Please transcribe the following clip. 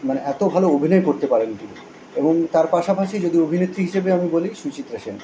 মানে এত ভালো অভিনয় করতে পারেন তিনি এবং তার পাশাপাশি যদি অভিনেত্রী হিসেবে আমি বলি সুচিত্রা সেন